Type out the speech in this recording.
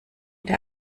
der